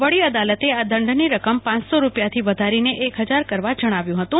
વડી અદાલતે આ દંડની રકમ પાંચસો રૂપિયાથી વધારીને એક ફજાર કરવા જણાવ્યુ હતું